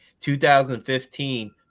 2015